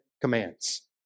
commands